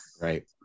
Right